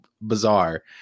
bizarre